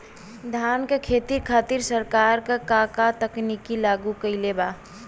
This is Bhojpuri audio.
धान क खेती खातिर सरकार का का तकनीक लागू कईले बा?